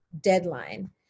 deadline